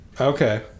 Okay